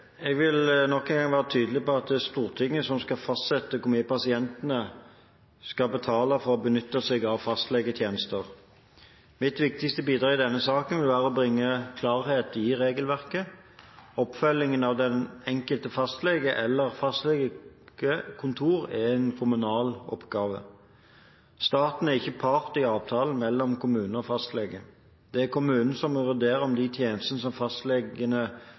Jeg vil nok en gang være tydelig på at det er Stortinget som skal fastsette hvor mye pasientene skal betale for å benytte seg av fastlegetjenester. Mitt viktigste bidrag i denne saken vil være å bringe klarhet i regelverket. Oppfølgingen av den enkelte fastlege eller fastlegekontor er en kommunal oppgave. Staten er ikke part i avtalen mellom kommune og fastlege. Det er kommunen som må vurdere om de tjenestene som fastlegene